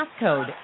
passcode